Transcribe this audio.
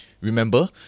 Remember